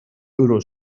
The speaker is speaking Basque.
euro